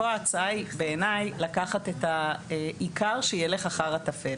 כאן בעיניי ההצעה היא לקחת את העיקר שילך אחר התפל.